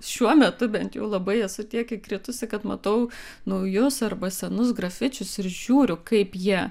šiuo metu bent jau labai esu tiek įkritusi kad matau naujus arba senus grafičius ir žiūriu kaip jie